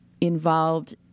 involved